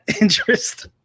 interest